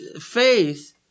faith